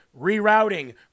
rerouting